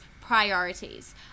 priorities